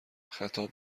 خطاب